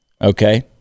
okay